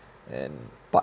and but